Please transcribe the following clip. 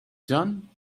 done